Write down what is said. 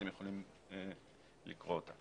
אתם יכולים לקרוא אותה.